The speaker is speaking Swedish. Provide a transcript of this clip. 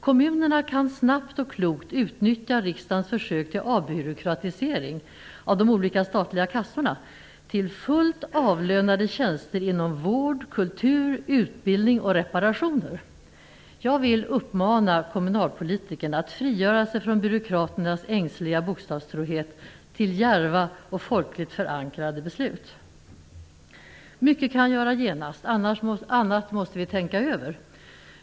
Kommunerna kan snabbt och klokt utnyttja riksdagens försök till avbyråkratisering av de olika statliga kassorna till fullt avlönade tjänster inom vård, kultur, utbildning och reparationer. Jag vill uppmana kommunalpolitikerna att frigöra sig från byråkraternas ängsliga bokstavstrohet till djärva och folkligt förankrade beslut! Mycket kan göras genast, annat måste vi tänka över.